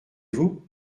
vous